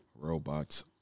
Robots